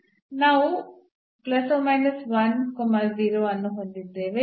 ನಾವು ಅನ್ನು ಹೊಂದಿದ್ದೇವೆ